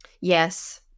yes